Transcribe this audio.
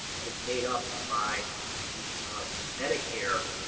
but it's made up by the medicare